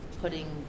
putting